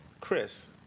Chris